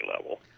level